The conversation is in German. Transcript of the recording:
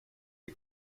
die